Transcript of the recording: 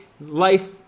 life